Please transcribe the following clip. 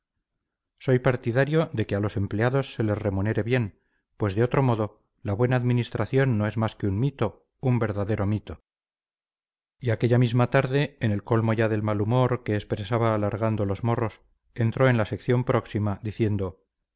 soy partidario de que a los empleados se les remunere bien pues de otro modo la buena administración no es más que un mito un verdadero mito y aquella misma tarde en el colmo ya del mal humor que expresaba alargando los morros entró en la sección próxima diciendo